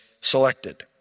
selected